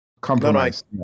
compromise